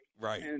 right